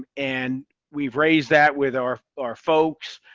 um and we've raised that with our our folks,